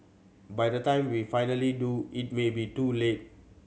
by the time we finally do it may be too late